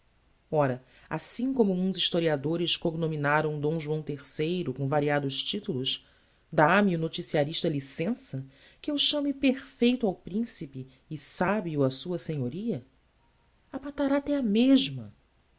ora assim como uns historiadores cognominaram d joão iii com variados titulos dá-me o noticiarista licença que eu chame perfeito ao principe e sabio a sua senhoria a patarata é a mesma